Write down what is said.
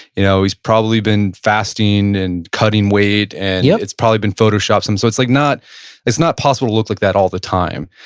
you know he's probably been fasting and cutting weight. and yeah it's probably been photo-shopped. so it's like not it's not possible to look like that all the time.